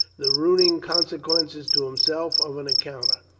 the ruining con sequences to himself of an encounter.